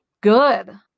good